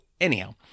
anyhow